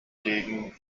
gegen